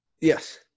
Yes